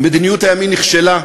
מדיניות הימין נכשלה.